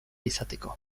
izateko